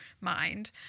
mind